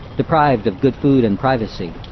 deprived of good food and privacy.